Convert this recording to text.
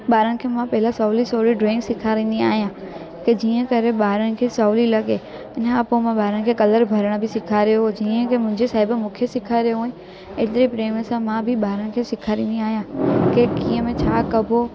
ॿारनि खे मां पहिरां सवली सवली ड्रॉइंग सेखारींदी आहियां की जीअं करे ॿारनि खे कलर भरण बि सेखारियो हो जीअं जो मुंहिंजे साहिब मूंखे सेखारियो हुयईं एतिरे प्रेम सां मां बि ॿारनि खे सेखारींदी आहियां की कीअं में छा कॿो